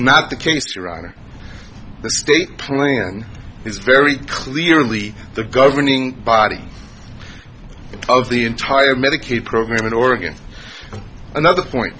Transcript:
not the case to run the state plan is very clearly the governing body of the entire medicaid program in oregon another point